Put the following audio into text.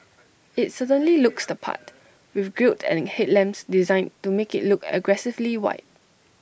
IT certainly looks the part with grille and headlamps designed to make IT look aggressively wide